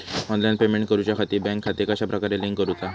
Online payment करुच्याखाती bank खाते कश्या प्रकारे लिंक करुचा?